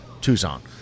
Tucson